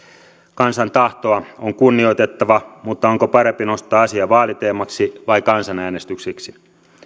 kansan tahtoa on kunnioitettava mutta onko parempi nostaa asia vaaliteemaksi vai kansanäänestykseksi